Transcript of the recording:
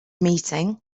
meeting